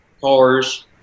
cars